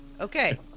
okay